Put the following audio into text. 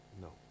No